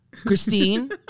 Christine